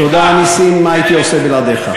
תודה, נסים, מה הייתי עושה בלעדיך?